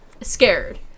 scared